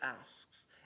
asks